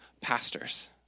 pastors